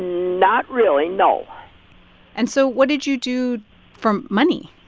not really, no and so what did you do for money?